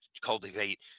cultivate